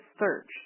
search